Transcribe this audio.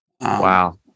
Wow